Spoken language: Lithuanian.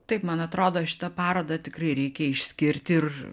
taip man atrodo šitą parodą tikrai reikia išskirti ir